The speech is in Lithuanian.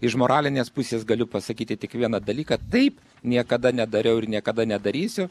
iš moralinės pusės galiu pasakyti tik vieną dalyką taip niekada nedariau ir niekada nedarysiu